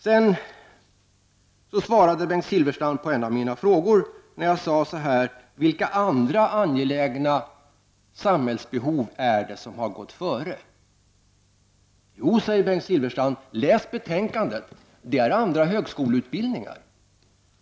Sedan svarade Bengt Silfverstrand på en av mina frågor, nämligen denna: Vilka andra angelägna samhällsbehov har gått före? Läs betänkandet! svarade Bengt Silfverstrand. Det är andra högskoleutbildningar.